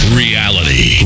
reality